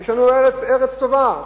יש לנו ארץ טובה,